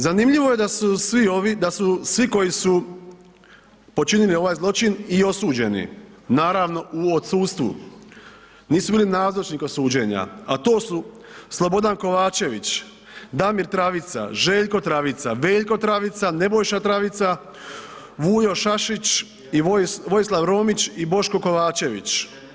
Zanimljivo je da su svi ovi, da su svi koji su počinili ovaj zločin i osuđeni naravno u odsustvu, nisu bili nazočni kod suđenja, a to su Slobodan Kovačević, Damir Travica, Željko Travica, Veljko Travica, Nebojša Travica, Vujo Šašić i Vojislav Romić i Boško Kovačević.